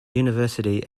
university